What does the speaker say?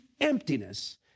emptiness